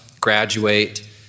graduate